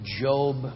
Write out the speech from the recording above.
Job